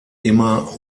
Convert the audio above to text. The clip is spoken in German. immer